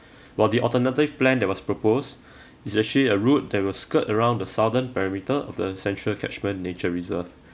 while the alternative plan that was proposed is actually a route that will skirt around the southern perimeter of the central catchment nature reserve